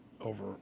over